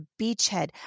beachhead